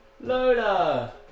Lola